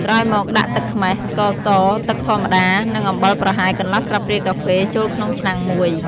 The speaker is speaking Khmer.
ក្រោយមកដាក់ទឹកខ្មេះ ស្ករស ទឹកធម្មតា និងអំបិលប្រហែល កន្លះស្លាបព្រាកាហ្វេ ចូលក្នុងឆ្នាំងមួយ។